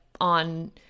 on